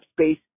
space